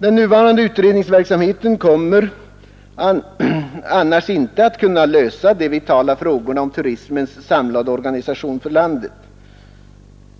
Den nuvarande utredningsverksamheten kommer annars inte att kunna lösa de vitala frågorna om turismens samlade organisation för landet